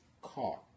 caught